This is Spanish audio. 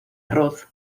arroz